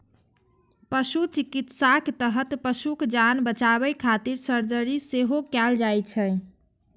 पशु चिकित्साक तहत पशुक जान बचाबै खातिर सर्जरी सेहो कैल जाइ छै